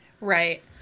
Right